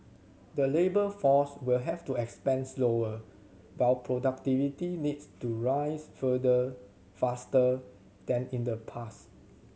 the labour force will have to expand slower while productivity needs to rise further faster than in the past